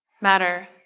matter